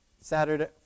Saturday